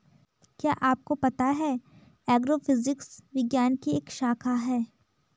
क्या आपको पता है एग्रोफिजिक्स विज्ञान की एक शाखा है?